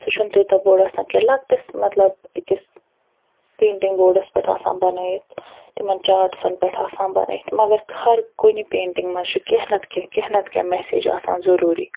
سُہ چھُنم تیٚوٗتاہ بوٚڑ آسان کیٚنٛہہ لکٹِس مطلب أکِس پیٚنٹِنٛگ اوڈس پٮ۪ٹھ آسان بنٲیِتھ تِمن چاٹسن پٮ۪ٹھ آسان بنٲیِتھ مگر خرکُنہِ پیٚنٹِنٛگ منٛز چھُ کیٚنٛہہ نتہٕ کیٚنٛہہ مٮ۪سیج آسان ضُروٗری